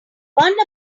one